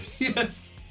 Yes